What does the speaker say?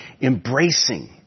embracing